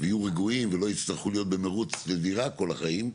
ויהיו רגועים ולא יצטרכו להיות במרוץ של דירה לכל החיים,